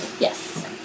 Yes